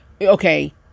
okay